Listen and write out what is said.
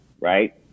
right